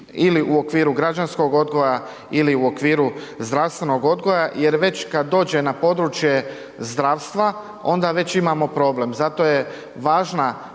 ili u okviru građanskog odgoja ili u okviru zdravstvenog odgoja jer već kad dođe na područje zdravstva, onda već imamo problem, zato je važna